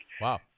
Wow